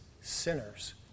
sinners